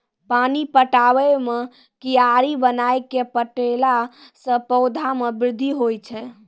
पानी पटाबै मे कियारी बनाय कै पठैला से पौधा मे बृद्धि होय छै?